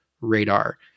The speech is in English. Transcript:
radar